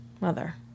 mother